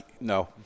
no